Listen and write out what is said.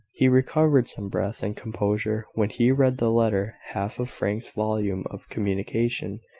he recovered some breath and composure when he read the latter half of frank's volume of communication,